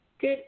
Good